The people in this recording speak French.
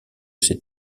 ces